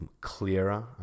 clearer